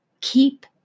Keep